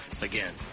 again